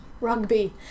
rugby